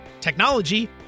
technology